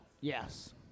Yes